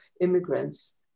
immigrants